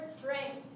strength